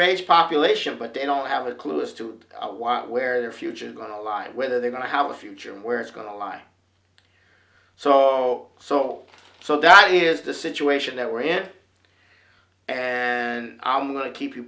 raised population but they don't have a clue as to why where their future go live whether they're going to have a future where it's going to live so so or so that is the situation that we're in and i'm going to keep you